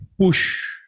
push